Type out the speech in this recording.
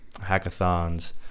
hackathons